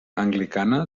anglicana